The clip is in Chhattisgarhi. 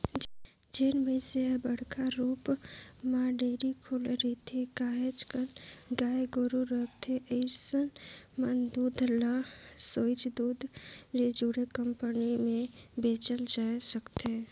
जेन मइनसे हर बड़का रुप म डेयरी खोले रिथे, काहेच कन गाय गोरु रखथे अइसन मन दूद ल सोयझ दूद ले जुड़े कंपनी में बेचल जाय सकथे